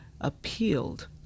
appealed